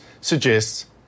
suggests